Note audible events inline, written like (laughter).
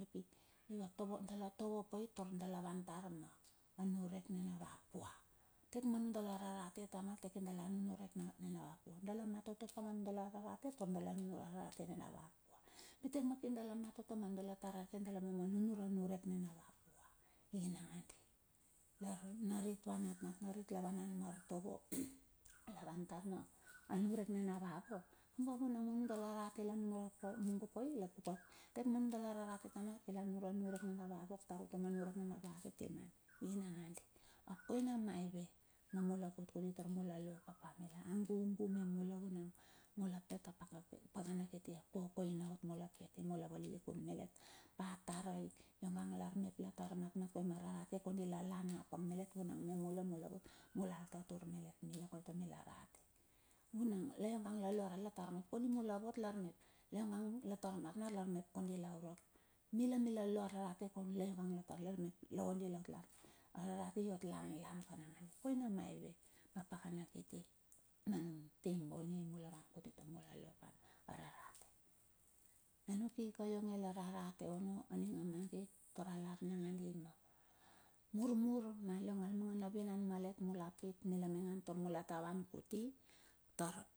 Dala tovopai tar dala vantar ma, a niurek nina va pua. Kir ma nundala rarate tamal kir dala nunure a nurek nina va pua. Pi tar na kir dala matoto ma nundala rarate dala mama nunure a ratate nina ava pua, inangandi. Lar narit (noise) ava natnat narit. lavanan ma artovo (noise) lavan tar ma niurek nina ava wok, kamba vunang ma nudala rarate la nunure mungo pai, tar dek dala tamal. Ap koina maive na mula lo papa mila a gugu me mula pet a pakana kiti valilikun ava tarei, niga la mep tar, vuna me mula mula lo pa rarate, kondi nila lan apang malet me mula, mula el tatur pa mila goni tar mila rate, vunang lang yio nge la tar mat ilar mep kondi. Mila lang mila lo ararate kan la ionge la tar lei, la ondi laot lar anuk ika ioeng lar arate ono. Tar alar nakandi murmur a liong al rarate malet mila maingan tar mula ta van kutoi tar dala tovotovo tar dala lan ma niurek ninava pua.